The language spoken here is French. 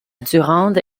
durande